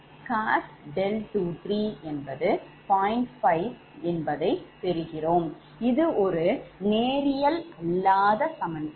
இது ஒரு நேரியல் அல்லாத சமன்பாடு